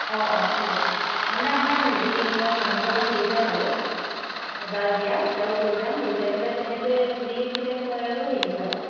অঁ অঁ ঠিক আছে মানে আমাৰ হেৰি মই মানুহজনক লৈ যাম আৰু যাৰ বিয়া তেওঁক লৈ যাম লৈ যায় পেলাই তেখেতে যি চিলেক্ট কৰে আৰু সেই হিচাপত